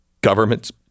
Governments